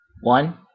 One